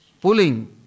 pulling